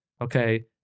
okay